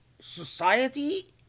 society